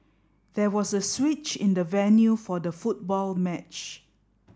there was a switch in the venue for the football match